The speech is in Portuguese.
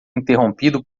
interrompido